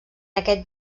aquest